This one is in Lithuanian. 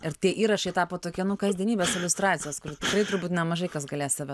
ar tie įrašai tapo tokie nu kasdienybės iliustracijos kur tikrai turbūt nemažai kas galės save